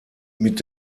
mit